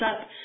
up